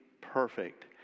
perfect